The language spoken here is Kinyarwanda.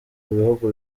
bihugu